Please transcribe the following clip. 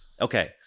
Okay